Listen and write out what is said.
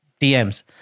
DMs